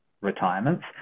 retirements